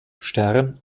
stern